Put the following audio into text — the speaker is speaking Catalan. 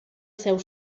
seu